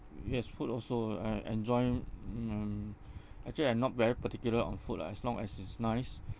yes food also I enjoy um actually I'm not very particular on food lah as long as it's nice